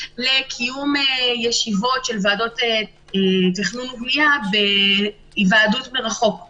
לקיום ישיבות ועדות תכנון ובנייה בהיוועדות מרחוק;